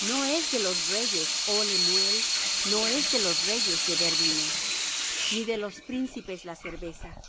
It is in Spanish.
no es de los reyes oh lemuel no es de los reyes beber vino ni de los príncipes la cerveza